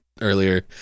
earlier